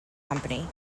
company